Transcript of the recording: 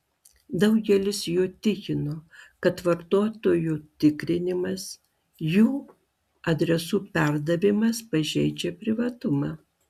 daugelis jų tikino kad vartotojų tikrinimas jų adresų perdavimas pažeidžia privatumą